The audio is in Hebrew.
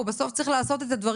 את אכלת בבית ספר,